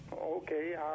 okay